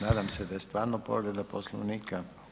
Nadam se da je stvarno povreda Poslovnika.